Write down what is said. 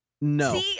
No